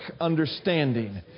understanding